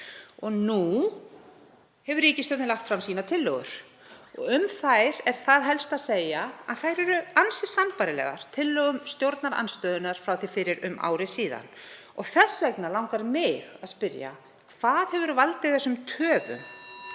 Nú hefur ríkisstjórnin lagt fram tillögur sínar og um þær er það helst að segja að þær eru ansi sambærilegar tillögum stjórnarandstöðunnar frá því fyrir um ári síðan. Þess vegna langar mig að spyrja: Hvað hefur valdið þessum töfum?